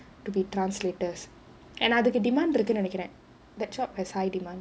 to be translators ஏனா அதுக்கு:yaena adhukku demand இருக்குன்னு நினைக்குறேன்:irukkunnu ninaikkuraen that job has high demand